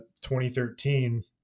2013